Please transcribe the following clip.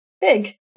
Big